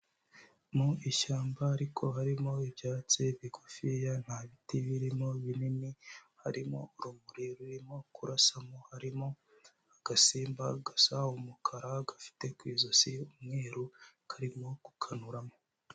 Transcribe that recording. Mu ishyamba ariko harimo ibyatsi bigufiya, nta biti birimo binini, harimo urumuri rurimo kurasa, harimo agasimba gasa umukara gafite ku ijosi umweru karimo gukanuramo.